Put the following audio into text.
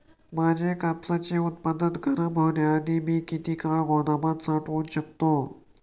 माझे कापसाचे उत्पादन खराब होण्याआधी मी किती काळ गोदामात साठवू शकतो?